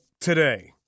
today